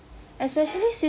so